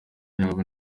yabo